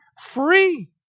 free